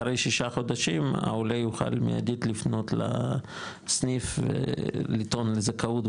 אחרי שישה חודשים העולה יוכל מידית לפנות לסניף ולטעון לזכאות,